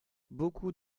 beaucoup